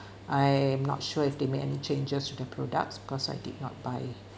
I am not sure if they make any changes with the products because I did not buy